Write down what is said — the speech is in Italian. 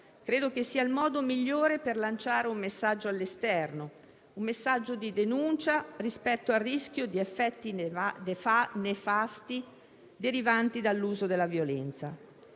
segnale e il modo migliore per lanciare un messaggio all'esterno di denuncia rispetto ai rischi di effetti nefasti derivanti dall'uso della violenza.